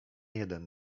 jeden